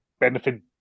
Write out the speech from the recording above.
benefit